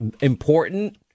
important